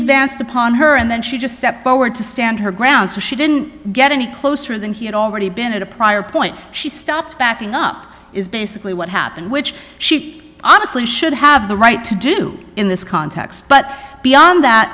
advanced upon her and then she just stepped forward to stand her ground so she didn't get any closer than he had already been at a prior point she stopped backing up is basically what happened which she honestly should have the right to do in this context but beyond that